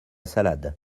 salade